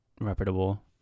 reputable